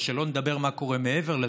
ושלא נדבר מה קורה מעבר לזה,